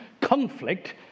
conflict